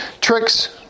tricks